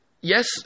yes